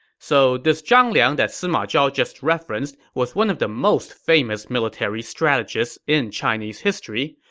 so this zhang liang that sima zhao just referenced was one of the most famous military strategists in chinese history.